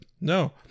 No